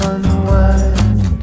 Unwind